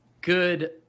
good